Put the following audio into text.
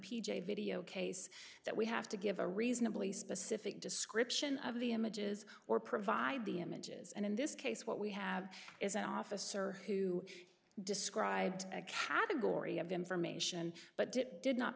j video case that we have to give a reasonably specific description of the images or provide the images and in this case what we have is an officer who described a category of information but it did not